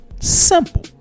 Simple